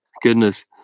goodness